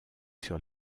sur